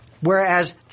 Whereas –